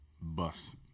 bus